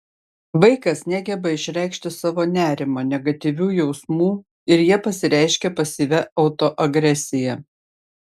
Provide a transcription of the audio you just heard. vaikas negeba išreikšti savo nerimo negatyvių jausmų ir jie pasireiškia pasyvia autoagresija